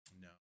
No